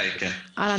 אהלן, איתי.